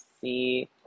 see